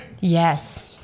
Yes